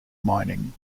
mining